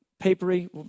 papery